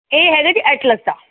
ਇਹ ਹੈਗੇ ਜੀ ਐਟਲਸ ਦਾ